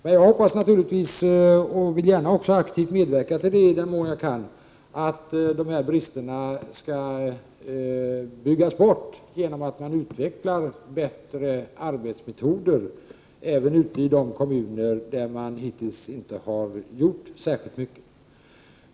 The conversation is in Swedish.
Men jag hoppas naturligtvis, och vill gärna också aktivt medverka till det i den mån jag kan, att dessa brister skall byggas bort, genom att bättre arbetsmetoder utvecklas även i de kommuner där man hittills inte har gjort särskilt mycket.